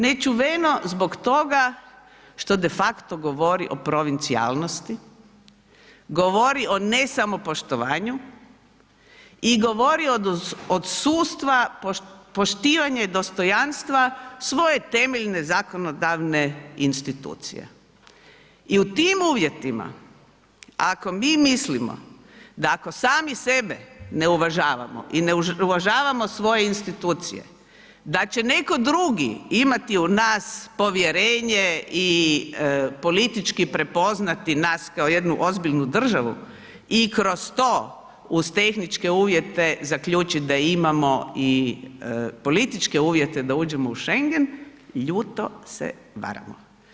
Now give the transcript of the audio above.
Nečuveno zbog toga što de facto govori o provincijalnosti, govori o nesamopoštovanju i govori od sudstva, poštivanje dostojanstva svoje temeljne zakonodavne institucije i u tim uvjetima, ako mi mislimo, da ako sami sebe ne uvažavamo i ne uvažavamo svoje institucije, da će netko drugi imati u nas povjerenje i politički prepoznati nas kao jednu ozbiljnu državu i kroz to uz tehničke uvjete zaključiti da imamo i političke uvjete da uđemo u Schengen, ljuto se varamo.